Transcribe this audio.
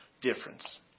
difference